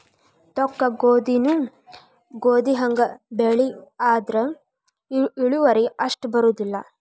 ತೊಕ್ಕಗೋಧಿನೂ ಗೋಧಿಹಂಗ ಬೆಳಿ ಆದ್ರ ಇಳುವರಿ ಅಷ್ಟ ಬರುದಿಲ್ಲಾ